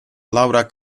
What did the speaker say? laura